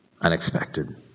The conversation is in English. unexpected